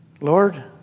Lord